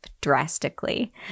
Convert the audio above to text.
drastically